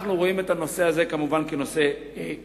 ואנחנו רואים את הנושא הזה, כמובן, כנושא מרכזי.